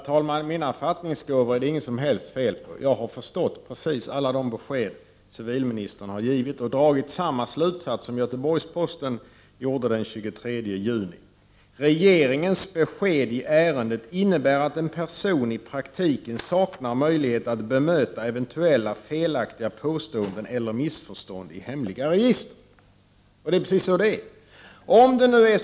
Herr talman! Det är inget som helst fel på mina fattningsgåvor. Jag har förstått precis alla de besked civilministern har givit. Jag har dragit samma slutsats som Göteborgsposten gjorde den 23 juni när man skrev att regeringens besked i ärendet innebär att en person i praktiken saknar möjligheter att bemöta eventuella felaktiga påståenden eller missförstånd i hemliga register. Det är precis så det är.